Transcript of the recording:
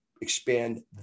expand